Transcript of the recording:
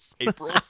April